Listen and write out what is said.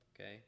Okay